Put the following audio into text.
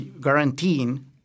guaranteeing